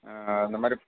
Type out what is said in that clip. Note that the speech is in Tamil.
ஆ அந்த மாதிரி